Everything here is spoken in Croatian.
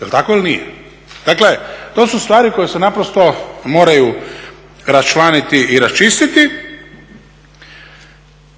Jel tako il nije? Dakle to su stvari koje se naprosto moraju raščlaniti i raščistiti